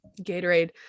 Gatorade